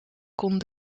kon